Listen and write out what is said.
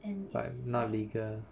but it's not legal